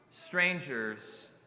strangers